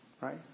right